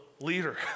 leader